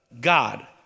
God